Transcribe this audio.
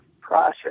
process